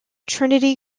trinity